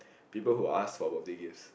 people who ask throughout the years